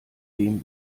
wem